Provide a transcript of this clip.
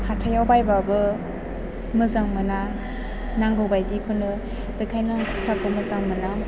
हाथायाव बायबाबो मोजां मोना नांगौ बायदिखौनो बेखायनो आं कुर्ताखौ मोजां मोना